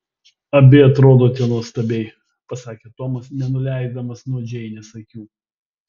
abi atrodote nuostabiai pasakė tomas nenuleisdamas nuo džeinės akių